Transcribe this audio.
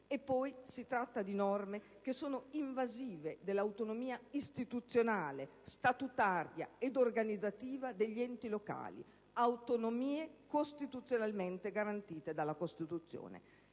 E poi si tratta di norme invasive dell'autonomia istituzionale, statutaria ed organizzativa degli enti locali, autonomie garantite dalla Costituzione.